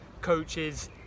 coaches